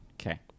Okay